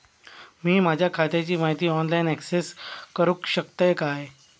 मी माझ्या खात्याची माहिती ऑनलाईन अक्सेस करूक शकतय काय?